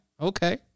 Okay